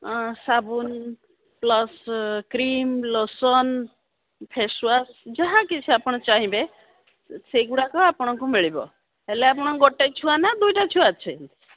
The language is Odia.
ସାବୁନ୍ ପ୍ଲସ୍ କ୍ରିମ୍ ଲୋସନ ଫେସ୍ୱାଶ ଯାହା କିଛି ଆପଣ ଚାହିଁବେ ସେଇଗୁଡ଼ାକ ଆପଣଙ୍କୁ ମିଳିବ ହେଲେ ଆପଣ ଗୋଟେ ଛୁଆ ନା ଦୁଇଟା ଛୁଆ ଅଛନ୍ତି